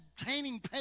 obtaining